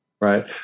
Right